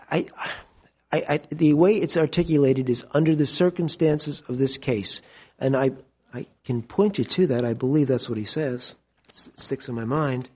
i i think the way it's articulated is under the circumstances of this case and i can point you to that i believe that's what he says sticks in my mind